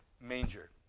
manger